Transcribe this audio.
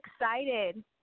excited